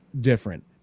different